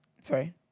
Sorry